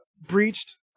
breached